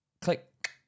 Click